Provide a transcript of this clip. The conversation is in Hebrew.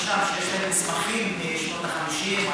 אנשים שם שיש להם מסמכים משנות ה-50,